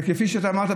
וכפי שאמרת,